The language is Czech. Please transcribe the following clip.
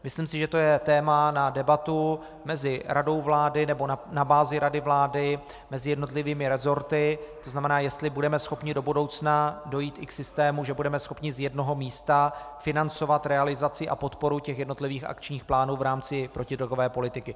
Myslím si, že to je téma na debatu mezi radou vlády nebo na bázi rady vlády mezi jednotlivými resorty, to znamená, jestli budeme schopni do budoucna dojít i k systému, že budeme schopni z jednoho místa financovat realizaci a podporu těch jednotlivých akčních plánů v rámci protidrogové politiky.